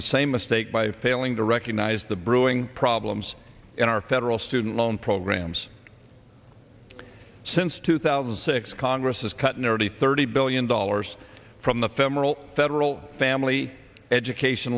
the same mistake by failing to recognize the brewing problems in our federal student loan programs since two thousand and six congress has cut nearly thirty billion dollars from the federal federal family education